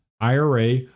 IRA